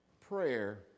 Prayer